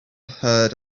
heard